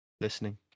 listening